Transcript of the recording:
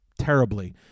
terribly